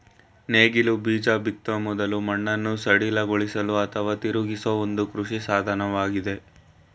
ನೇಗಿಲು ಬೀಜ ಬಿತ್ತೋ ಮೊದ್ಲು ಮಣ್ಣನ್ನು ಸಡಿಲಗೊಳಿಸಲು ಅಥವಾ ತಿರುಗಿಸೋ ಒಂದು ಕೃಷಿ ಸಾಧನವಾಗಯ್ತೆ